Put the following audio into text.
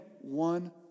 one